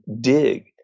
dig